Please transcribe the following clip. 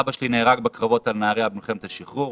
סבא שלי נהרג בקרבות על נהרייה במלחמת השחרור,